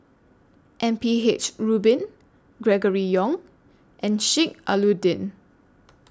M P H Rubin Gregory Yong and Sheik Alau'ddin